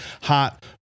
hot